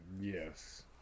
Yes